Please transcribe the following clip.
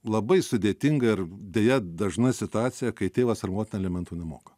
labai sudėtinga ir deja dažna situacija kai tėvas ar motina elementų nemoka